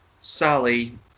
Sally